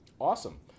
Awesome